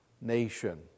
nation